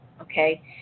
Okay